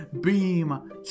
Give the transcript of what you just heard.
beam